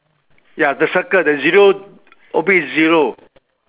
ya the circle the zero oblique zero